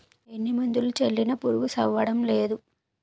ఎన్ని మందులు జల్లినా పురుగు సవ్వడంనేదు